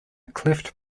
cleft